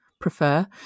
prefer